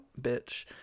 bitch